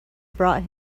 brought